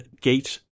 gate